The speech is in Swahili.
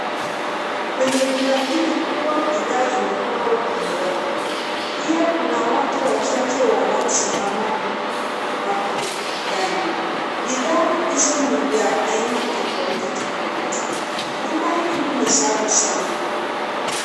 Kwenye duka hili kubwa bidhaa zimepangwa kwenye rafu. Pia kuna watu wachache wanaosimama hapa ndani. Bidhaa hizo ni vya aina tofautitofauti. Duka hili ni safi sana.